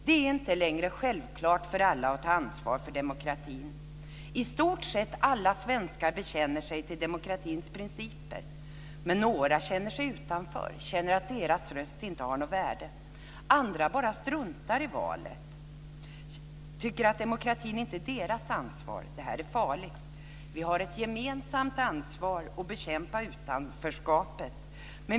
Det är inte längre självklart för alla att ta ansvar för demokratin. I stort sett alla svenskar bekänner sig till demokratins principer men några känner sig utanför, känner att deras röst inte har något värde. Andra bara struntar i valet och tycker att demokratin inte är deras ansvar. Detta är farligt. Vi har ett gemensamt ansvar för att bekämpa utanförskapet.